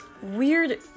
weird